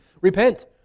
Repent